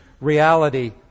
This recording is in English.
reality